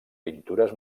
pintures